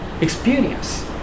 experience